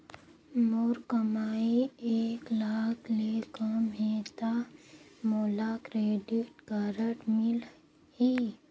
मोर कमाई एक लाख ले कम है ता मोला क्रेडिट कारड मिल ही?